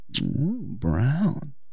Brown